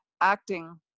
acting